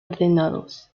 ordenados